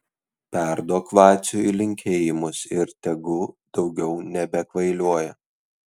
perduok vaciui linkėjimus ir tegu daugiau nebekvailioja